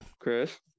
chris